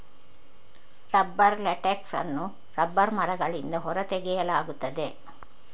rubber latex ಅನ್ನು rubber ಮರಗಳಿಂದ ಹೊರ ತೆಗೆಯಲಾಗುತ್ತದೆ